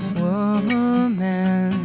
woman